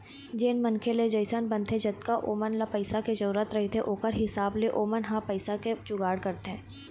जेन मनखे ले जइसन बनथे जतका ओमन ल पइसा के जरुरत रहिथे ओखर हिसाब ले ओमन ह पइसा के जुगाड़ करथे